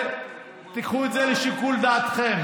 תיקחו את זה לשיקול דעתכם.